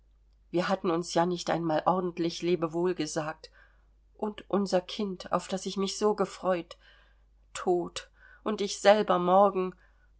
wir hatten uns ja nicht einmal ordentlich lebewohl gesagt und unser kind auf das ich mich so gefreut tot und ich selber morgen